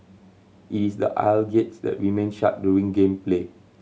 it is the aisle gates that remain shut during game play